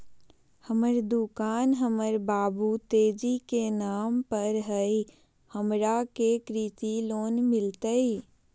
हमर दुकान हमर बाबु तेजी के नाम पर हई, हमरा के कृषि लोन मिलतई?